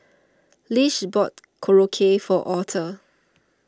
Lish bought Korokke for Aurthur